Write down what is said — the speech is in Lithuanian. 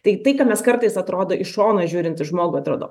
tai tai ką mes kartais atrodo iš šono žiūrint į žmogų atrodo